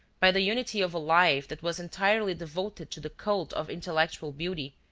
by the unity of a life that was entirely devoted to the cult of intellectual beauty,